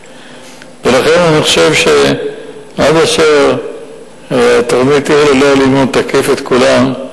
לכן אני חושב שעד אשר התוכנית "עיר ללא אלימות" תקיף את כולם,